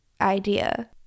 idea